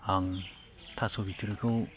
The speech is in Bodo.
आं थास' बिथुरिखौ